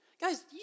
Guys